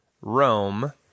Rome